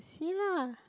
see lah